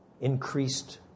increased